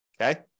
Okay